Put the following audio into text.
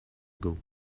ago